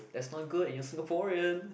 that's not good and you're Singaporean